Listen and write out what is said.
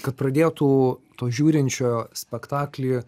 kad pradėtų to žiūrinčio spektaklį